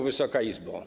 Wysoka Izbo!